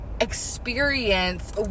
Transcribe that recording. experience